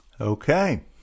Okay